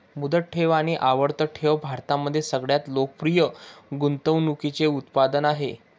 मुदत ठेव आणि आवर्ती ठेव भारतामध्ये सगळ्यात लोकप्रिय गुंतवणूकीचे उत्पादन आहे